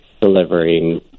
delivering